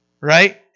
Right